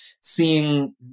seeing